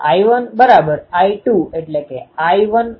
તેથી array antenna એ પેટર્નને આકાર આપવા માટે છે જેથી ખલેલ ટાળી શકાય